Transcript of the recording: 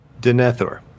Denethor